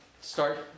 start